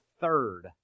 third